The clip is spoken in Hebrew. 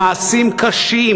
למעשים קשים.